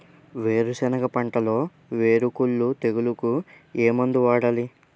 వేరుసెనగ పంటలో వేరుకుళ్ళు తెగులుకు ఏ మందు వాడాలి?